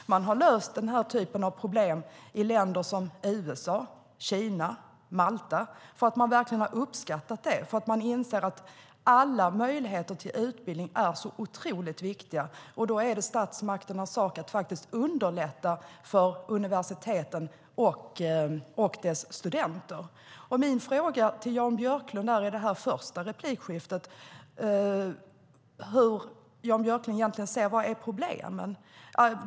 Man har löst den typen av problem i länder som USA, Kina och Malta eftersom man insett att alla möjligheter till utbildning är oerhört viktiga. Då är det statsmakternas sak att underlätta för universiteten och deras studenter. Min fråga till Jan Björklund i detta mitt första inlägg är hur Jan Björklund egentligen ser på det hela.